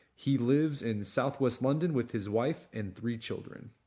he lives in southwest london with his wife and three children.